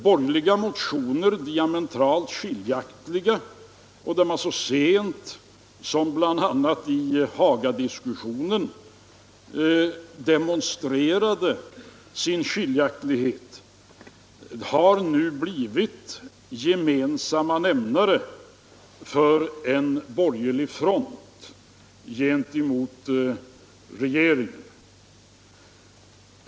Borgerliga motioner med diametrala skiljaktigheter — demonstrerade så sent som i Hagadiskussionen — har nu blivit gemensamma nämnare för en borgerlig front gentemot regeringen.